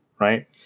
Right